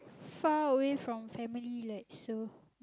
far away from family like so